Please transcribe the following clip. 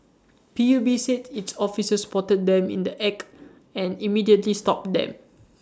P U B said its officers spotted them in the act and immediately stopped them